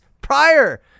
prior